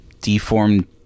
deformed